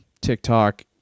TikTok